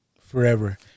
forever